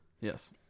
Yes